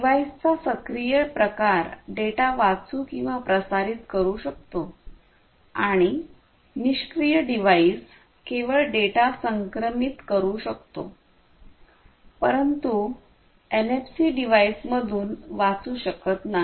डिव्हाइसचा सक्रिय प्रकार डेटा वाचू किंवा प्रसारित करू शकतो आणि निष्क्रीय डिव्हाइस केवळ डेटा संक्रमित करू शकतो परंतु एनएफसी डिव्हाइसमधून वाचू शकत नाही